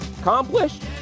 Accomplished